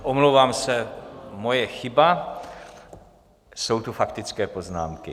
Omlouvám se, moje chyba, jsou tu faktické poznámky.